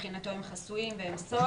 שמבחינתו הם חסויים והם סוד.